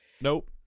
Nope